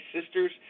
sisters